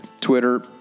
Twitter